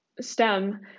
STEM